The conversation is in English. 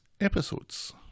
episodes